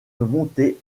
monté